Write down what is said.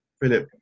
Philip